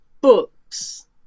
books